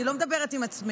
אני לא מדברת עם עצמי.